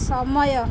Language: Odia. ସମୟ